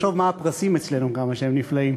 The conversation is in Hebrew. תחשוב מה הפרסים אצלנו, כמה שהם נפלאים.